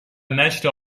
نشر